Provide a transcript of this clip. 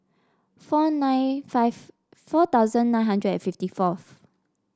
four nine five four thousand nine hundred and fifty fourth